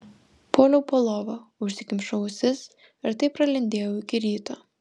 puoliau po lova užsikimšau ausis ir taip pralindėjau iki ryto